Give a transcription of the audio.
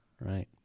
right